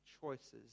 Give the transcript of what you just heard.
choices